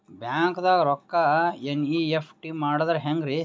ಬ್ಯಾಂಕ್ದಾಗ ರೊಕ್ಕ ಎನ್.ಇ.ಎಫ್.ಟಿ ಮಾಡದ ಹೆಂಗ್ರಿ?